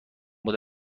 بود